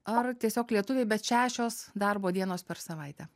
ar tiesiog lietuviai bet šešios darbo dienos per savaitę